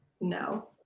No